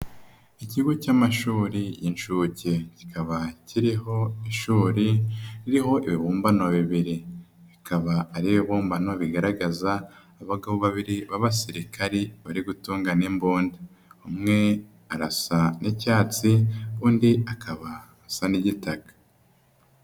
Ikigo cy'amashuri y'inshuke kikaba kiriho ishuri ririho ibibumbano bibiri. Bikaba ari ibibumbano bigaragaza abagabo babiri b'abasirikari bari gutungana imbunda. Umwe arasa n'icyatsi undi akaba asa n'igitaka.